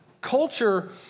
Culture